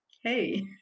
hey